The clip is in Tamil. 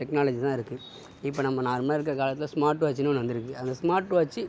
டெக்னாலஜி தான் இருக்குது இப்போ நம்ம நார்மலாக இருக்கிற காலத்தில் ஸ்மார்ட் வாட்ச்னு ஒன்னு வந்துருக்கு அந்த ஸ்மார்ட் வாட்ச்